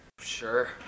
Sure